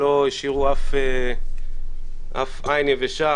שלא השאירו אף עין יבשה.